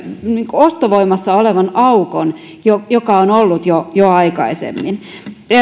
ostovoimassa olevan aukon joka on ollut jo jo aikaisemmin